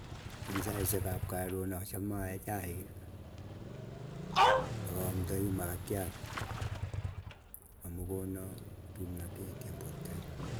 Eng saisyek ap karon achame aee chaik. Akaamdai makatiat, amuu kona kimnatet eng porto nyu.